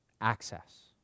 Access